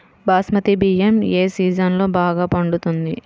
బాస్మతి బియ్యం ఏ సీజన్లో బాగా పండుతుంది?